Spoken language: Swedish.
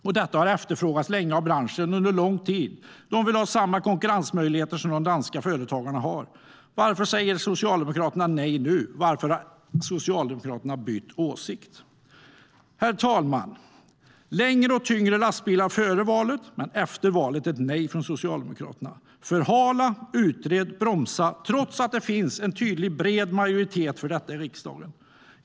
Detta har efterfrågats länge av branschen som vill ha samma konkurrensmöjligheter som de danska företagarna har. Varför säger Socialdemokraterna nej nu? Varför har Socialdemokraterna bytt åsikt? Herr talman! Före valet var Socialdemokraterna för längre och tyngre lastbilar. Men efter valet säger de nej. De vill förhala, utreda och bromsa, trots att det finns en tydlig och bred majoritet för detta i riksdagen.